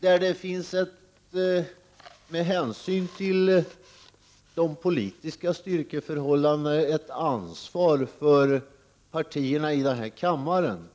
Det finns ett ansvar för partierna här i kammaren